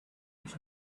flash